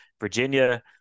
Virginia